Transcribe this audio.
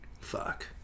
fuck